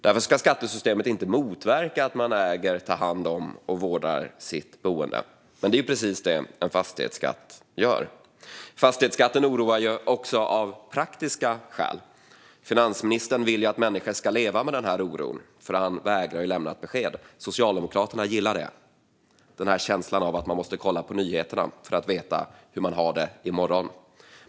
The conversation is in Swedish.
Därför ska skattesystemet inte motverka att man äger, tar hand om och vårdar sitt boende, men det är precis detta som en fastighetsskatt gör. Fastighetsskatten oroar också av praktiska skäl. Finansministern vill att människor ska leva med denna oro, för han vägrar att lämna ett besked. Socialdemokraterna gillar detta - känslan av att man måste kolla på nyheterna för att veta hur man har det i morgon.